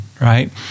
right